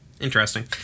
Interesting